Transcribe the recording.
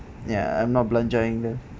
ya I'm now belanjaing them